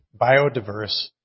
biodiverse